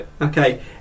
Okay